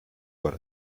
what